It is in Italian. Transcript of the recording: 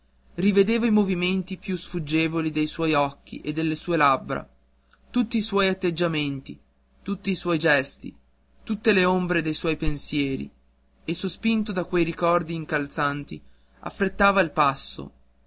rivedeva i movimenti più sfuggevoli dei suoi occhi e delle sue labbra tutti i suoi atteggiamenti tutti i suoi gesti tutte le ombre dei suoi pensieri e sospinto da quei ricordi incalzanti affrettava il passo